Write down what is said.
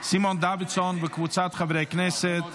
סימון דוידסון וקבוצת חברי הכנסת.